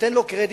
תן לו קרדיט.